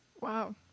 Wow